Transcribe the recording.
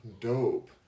dope